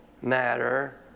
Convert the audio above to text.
matter